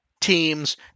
teams